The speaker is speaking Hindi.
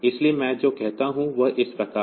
इसलिए मैं जो कहता हूं वह इस प्रकार है